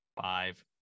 Five